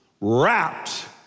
wrapped